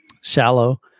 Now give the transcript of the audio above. shallow